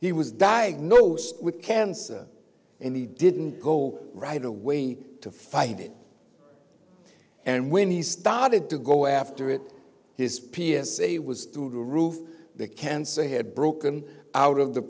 he was diagnosed with cancer and he didn't go right away to fight it and when he started to go after it his p s a was through the roof the cancer had broken out of the